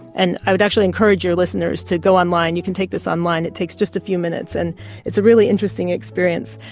and i would actually encourage your listeners and go online, you can take this online, it takes just a few minutes, and it's a really interesting experience.